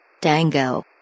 Dango